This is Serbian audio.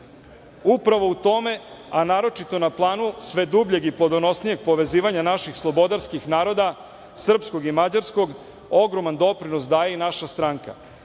u tome, a naročito na planu sve dubljeg i plodonosnijeg povezivanja naših slobodarskih naroda, srpskog i mađarskog, ogroman doprinos daje i naša stranka,